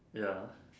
ya